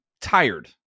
tired